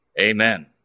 Amen